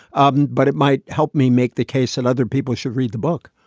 and but it might help me make the case and other people should read the book.